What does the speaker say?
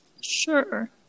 Sure